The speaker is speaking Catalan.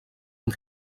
amb